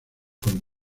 con